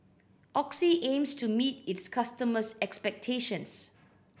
Oxy aims to meet its customers' expectations